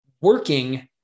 working